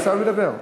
עיסאווי ידבר.